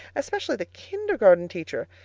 especially the kindergarten teacher.